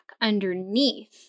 underneath